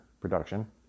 production